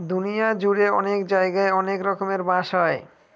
দুনিয়া জুড়ে অনেক জায়গায় অনেক রকমের বাঁশ হয়